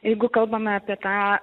jeigu kalbame apie tą